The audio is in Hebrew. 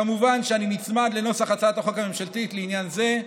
כמובן שאני נצמד לנוסח הצעת החוק הממשלתית לעניין זה.